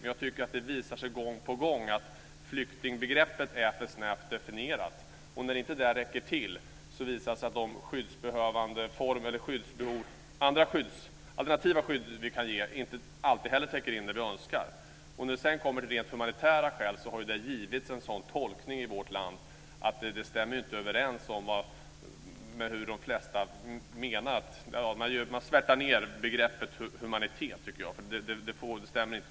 Men jag tycker att det gång på gång visar sig att flyktingbegreppet är för snävt definierat. När det inte räcker till visar det sig att de alternativa skydd vi kan ge inte alltid täcker in det vi önskar. När vi sedan kommer till humanitära skäl har det gjorts en sådan tolkning i vårt land att man svärtar ned begreppet humanitet, tycker jag. Det stämmer inte.